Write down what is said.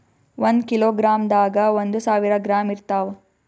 ಒಂದ್ ಕಿಲೋಗ್ರಾಂದಾಗ ಒಂದು ಸಾವಿರ ಗ್ರಾಂ ಇರತಾವ